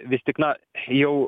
vis tik na jau